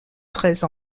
treize